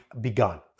begun